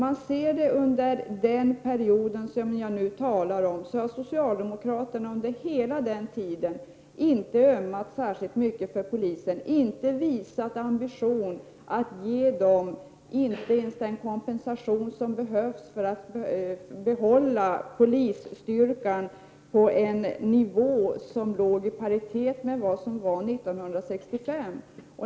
Under hela den period som jag nu talar om har socialdemokraterna inte särskilt mycket ömmat för polisen, inte visat någon ambition att ge polisen ens den kompensation som behövs för att behålla polisstyrkan på en nivå som ligger i paritet med vad som gällde 1965.